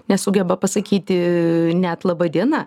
nesugeba pasakyti net laba diena